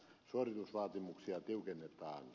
suoritusvaatimuksia tiukennetaan